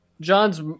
John's